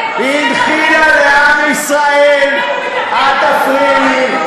היא הנחילה לעם ישראל, אל תפריעי לי.